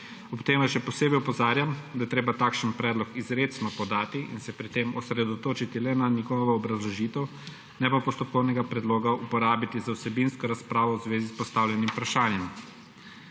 Ob tem vas še posebej opozarjam, da je treba takšen predlog izrecno podati in se pri tem osredotočiti le na njegovo obrazložitev, ne pa postopkovnega predloga uporabiti za vsebinsko razpravo v zvezi s postavljenim vprašanjem.